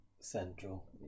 central